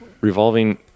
revolving